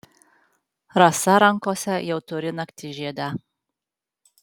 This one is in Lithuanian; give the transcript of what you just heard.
rasa rankose jau turi naktižiedę